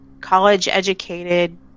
college-educated